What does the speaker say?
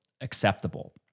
acceptable